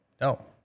no